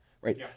right